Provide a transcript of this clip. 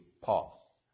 Paul